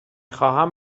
خواهم